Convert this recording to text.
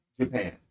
Japan